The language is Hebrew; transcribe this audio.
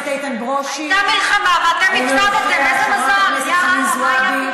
הייתה מלחמה ואתם, איזה מזל, יא אללה.